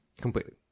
completely